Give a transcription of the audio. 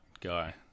guy